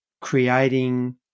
creating